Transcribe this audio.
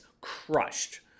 crushed